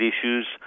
issues